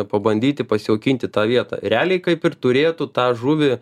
pabandyti pasijaukinti tą vietą realiai kaip ir turėtų tą žuvį